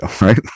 right